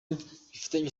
bifitanye